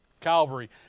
Calvary